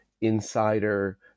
insider